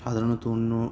সাধারণত অন্য